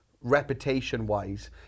reputation-wise